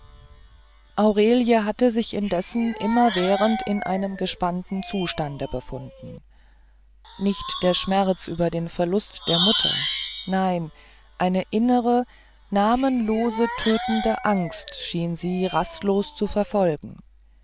aurelie hatte sich indessen immerwährend in einem gespannten zustande befunden nicht der schmerz über den verlust der mutter nein eine innere namenlose tötende angst schien sie rastlos zu verfolgen